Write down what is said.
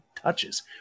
touches